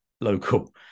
local